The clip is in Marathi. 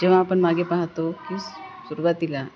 जेव्हा आपण मागे पाहतो की सुरवातीला